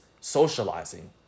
socializing